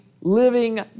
living